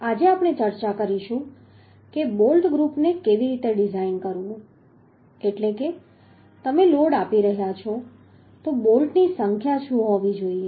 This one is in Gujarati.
આજે આપણે ચર્ચા કરીશું કે બોલ્ટ ગ્રૂપને કેવી રીતે ડિઝાઇન કરવું એટલે કે તમે લોડ આપી રહ્યા છો તો બોલ્ટની સંખ્યા શું હોવી જોઈએ